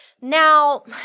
Now